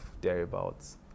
thereabouts